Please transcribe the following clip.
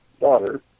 daughter